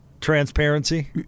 Transparency